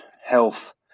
health